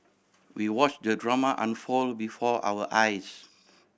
we watch the drama unfold before our eyes